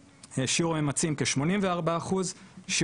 שעור יחסית גבוה של עובדים שלא משכו כ- 16%,